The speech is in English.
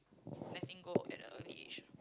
letting go at the age